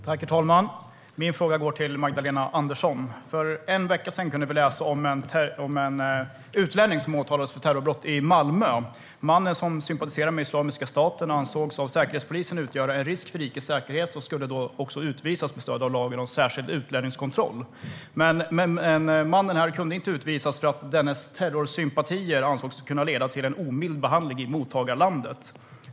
Herr talman! Min fråga går till Magdalena Andersson. För en vecka sedan kunde vi läsa om en utlänning som åtalats för terrorbrott i Malmö. Mannen, som sympatiserar med Islamiska staten och av Säkerhetspolisen ansågs utgöra en risk för rikets säkerhet, skulle utvisas med stöd av lagen om särskild utlänningskontroll. Men mannen kunde inte utvisas därför att dennes terrorsympatier ansågs kunna leda till en omild behandling i mottagarlandet.